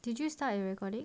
did you start your recording